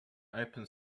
open